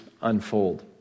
unfold